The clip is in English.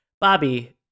Bobby